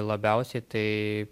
labiausiai tai